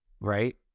right